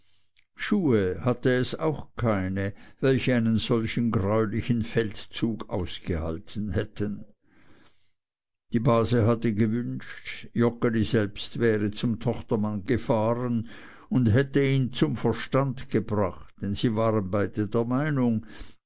schuhe hatte es auch keine welche einen solchen greulichen feldzug ausgehalten hätten die base hatte gewünscht joggeli wäre selbst zum tochtermann gefahren und hätte ihn zum verstand gebracht denn sie waren beide der meinung